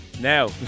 Now